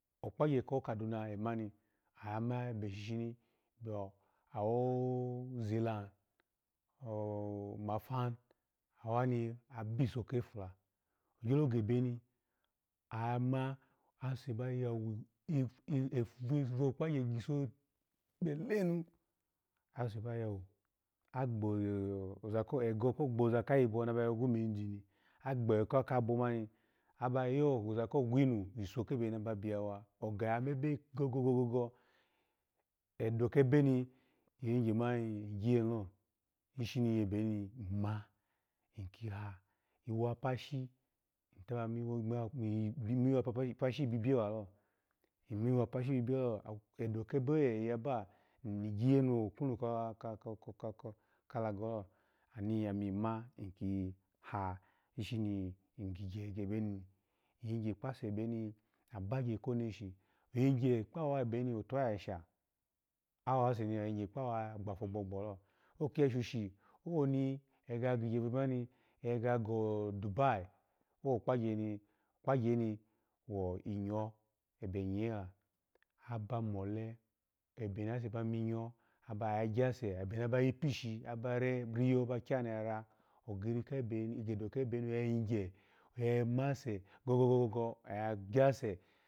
Okpagye ko kaduna ebu ma ni, mabe shishi biyo awoo zila ooh mafa awa ni abiso ke fula, ogyo gubuni ama n asu ba yawo tpo vokpagye giso ebe lenu ase agbaza yawo ko gboza eyo kayibo naba yokwu mu engine ni agbokabo aba yoni, za kokwinu iso kebeni abiya wa oga oya edo kebeni mebe go go go iyigye hilo ishi ni yebeni ma ikiha. Iwo pasha taba miwo iyi miwo pasha ibiye wulo, mi wo pasha biye walo, mi wo pasha biye walo edo ke be oye yaba gyiyenu okwuinu ka ka kalago lo ni amima ha, ishi ni gigye ebeni, iyigye kpase ebeni, abagye koneshi, oyigye kpawa ebeni atuho yasha, awusu ni oyigye kpawa, ya gbifo gbogbolo, oki ya shoshi owoni aya gege ya gigyehe vebe mani ya go dubayi, okpa gyeni kpagyeni winyawo ebe nyela aba mole ebe nasu bamiyo aba agyase, ebe na ba pishi abariyo bakyanu ya va ogo edo ke beni oya masu go go go oya gyase